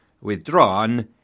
withdrawn